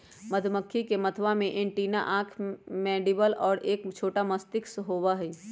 मधुमक्खी के मथवा में एंटीना आंख मैंडीबल और एक छोटा मस्तिष्क होबा हई